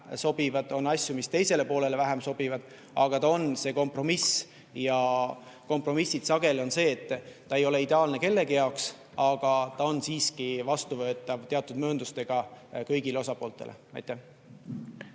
sobivad, ja on asju, mis teisele poolele vähem sobivad, aga see on kompromiss. Kompromissidega on sageli nii, et ta ei ole ideaalne kellegi jaoks, aga ta on siiski vastuvõetav teatud mööndustega kõigile osapooltele. Aitäh!